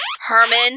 herman